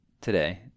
today